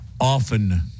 often